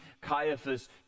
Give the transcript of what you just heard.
Caiaphas